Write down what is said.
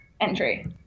entry